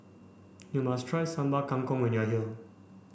you must try Sambal Kangkong when you are here